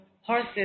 horses